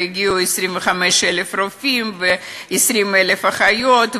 והגיעו 25,000 רופאים ו-20,000 אחיות,